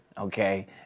okay